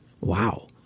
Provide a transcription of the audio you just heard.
Wow